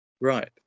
Right